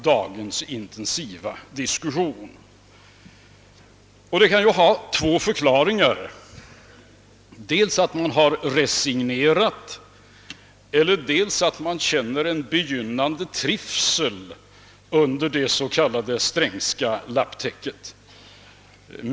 Detta kan ha två förklaringar; dels att man har resignerat och dels att man känner en begynnande trivsel under det s, k. Strängska lapptäcket.